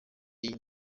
iyi